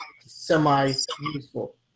semi-useful